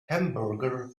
hamburger